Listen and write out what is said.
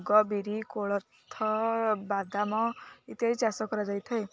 ମୁଗ ବିରି କୋଳଥ ବାଦାମ ଇତ୍ୟାଦି ଚାଷ କରାଯାଇ ଥାଏ